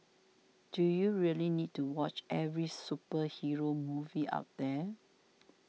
do you really need to watch every superhero movie out there